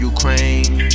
Ukraine